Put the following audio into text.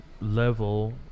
level